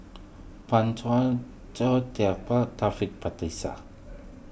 Pan Teo Taufik Batisah